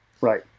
right